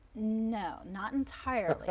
no, not entirely.